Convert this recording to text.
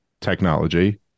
technology